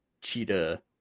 Cheetah